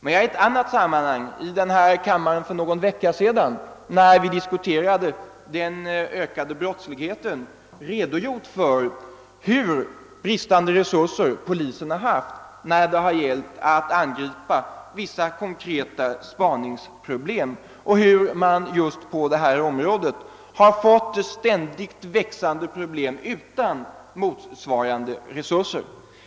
I ett annat sammanhang, när vi för någon vecka sedan i denna kammare diskuterade den ökade brottsligheten, redogjorde jag för hur bristfälliga resurser polisen har haft när det gällt att angripa vissa konkreta spaningsproblem och hur man på detta område fått ständigt växande problem utan motsvarande resurser.